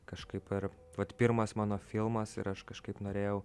kažkaip ir vat pirmas mano filmas ir aš kažkaip norėjau